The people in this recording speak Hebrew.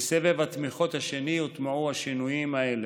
בסבב התמיכות השני, הוטמעו השינויים האלה: